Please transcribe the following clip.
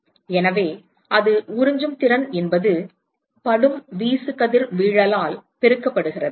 எனவே அது உறிஞ்சும் திறன் என்பது படும் வீசுகதிர்வீழலால் பெருக்கப்படுகிறது